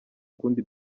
kundi